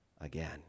again